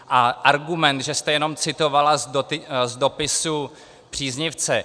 A argument, že jste jenom citovala z dopisu příznivce.